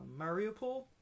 Mariupol